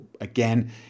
again